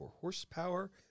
horsepower